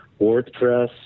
WordPress